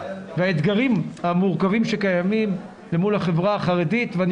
והאתגרים המורכבים שקיימים למול החברה החרדית ואני